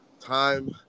time